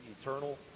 eternal